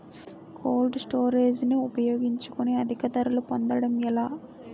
Cold storage ని ఉపయోగించుకొని అధిక ధరలు పొందడం ఎలా?